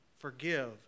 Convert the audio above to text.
forgive